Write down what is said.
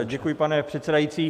Děkuji, pane předsedající.